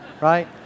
right